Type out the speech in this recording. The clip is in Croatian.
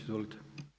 Izvolite.